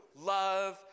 Love